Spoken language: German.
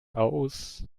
aus